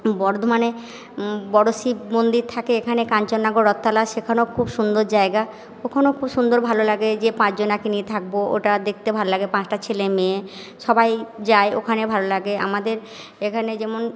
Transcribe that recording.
বর্ধমানে বড়ো শিব মন্দির থাকে এখানে কাঞ্চননগর রথতলা সেখানেও খুব সুন্দর জায়গা ওখানেও খুব সুন্দর ভালো লাগে যে পাঁচজনাকে নিয়ে থাকবো ওটা দেখতে ভাল লাগে পাঁচটা ছেলে মেয়ে সবাই যায় ওখানে ভালো লাগে আমাদের এখানে যেমন